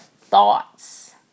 thoughts